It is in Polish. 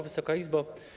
Wysoka Izbo!